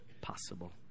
possible